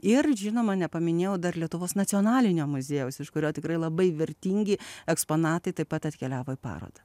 ir žinoma nepaminėjau dar lietuvos nacionalinio muziejaus iš kurio tikrai labai vertingi eksponatai taip pat atkeliavo į parodą